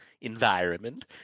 environment